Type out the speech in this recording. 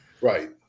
Right